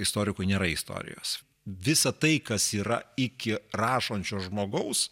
istorikui nėra istorijos visa tai kas yra iki rašančio žmogaus